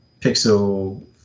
Pixel